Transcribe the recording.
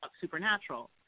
supernatural